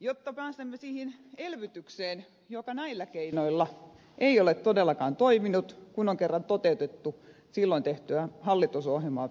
jotta pääsemme siihen elvytykseen joka näillä keinoilla ei ole todellakaan toiminut kun on kerran toteutettu pelkästään silloin tehtyä hallitusohjelmaa